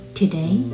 today